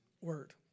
word